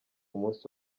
munsi